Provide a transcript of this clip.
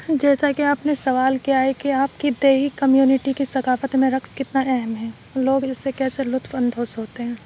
جیسا کہ آپ نے سوال کیا ہے کہ آپ کی دیہی کمیونٹی کے ثقافت میں رقص کتنا اہم ہے لوگ اس سے کیسے لطف اندوز ہوتے ہیں